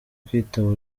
kwitaba